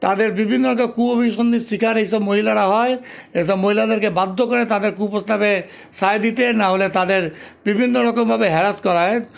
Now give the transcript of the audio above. তাদের বিভিন্ন রকম কুঅভিসন্ধির শিকার এই সব মহিলারা হয় এসব মহিলাদেরকে বাধ্য করে তাদের কুপ্রস্তাবে সায় দিতে নাহলে তাদের বিভিন্ন রকমভাবে হ্যারাস করা হয়